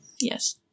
Yes